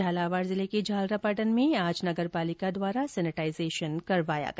झालावाड जिले के झलारा पाटन में आज नगरपालिका द्वारा सेनेटाइजेशन करवाया गया